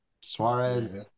Suarez